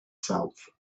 south